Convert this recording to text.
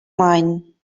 mine